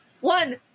One